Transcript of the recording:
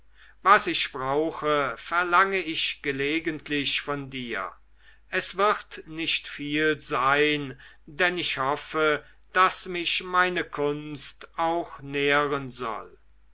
was ich brauche verlange ich gelegentlich von dir es wird nicht viel sein denn ich hoffe daß mich meine kunst auch nähren soll